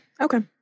Okay